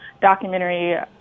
documentary